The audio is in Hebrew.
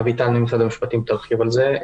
אביטל ממשרד המשפטים תרחיב על זה.